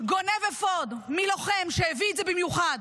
גונב אפוד מלוחם שהביא את זה במיוחד.